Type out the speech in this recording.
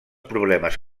problemes